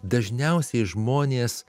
dažniausiai žmonės